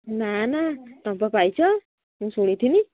ନା ନା ତୁମେ ପା ପାଇଛ ମୁଁ ଶୁଣିଥିଲି